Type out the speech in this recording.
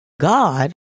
God